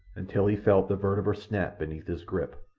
until he felt the vertebrae snap beneath his grip.